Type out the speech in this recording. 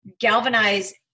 galvanize